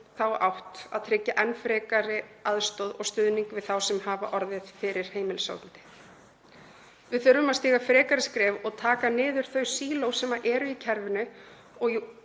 þá átt að tryggja enn frekari aðstoð og stuðning við þá sem hafa orðið fyrir heimilisofbeldi. Við þurfum að stíga frekari skref og taka niður þau síló sem eru í kerfinu og